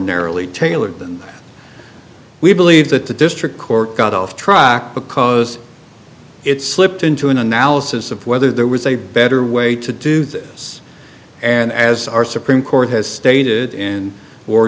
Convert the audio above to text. narrowly tailored and we believe that the district court got off track because it's slipped into an analysis of whether there was a better way to do this and as our supreme court has stated and or